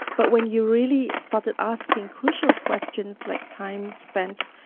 but when you really started asking crucial questions like time spent,